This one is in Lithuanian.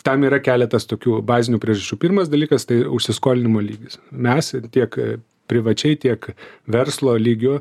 ten yra keletas tokių bazinių pririšu pirmas dalykas tai užsiskolinimo lygis mes tiek privačiai tiek verslo lygiu